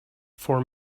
for